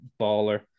baller